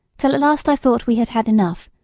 till at last i thought we had had enough,